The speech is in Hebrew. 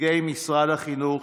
נציגי משרד החינוך,